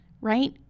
right